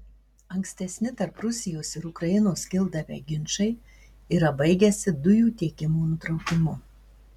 ankstesni tarp rusijos ir ukrainos kildavę ginčai yra baigęsi dujų tiekimo nutraukimu